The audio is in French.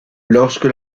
lorsque